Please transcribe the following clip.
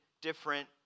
different